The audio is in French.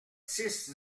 six